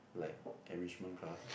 like enrichment classes